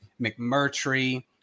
McMurtry